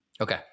Okay